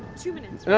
two minutes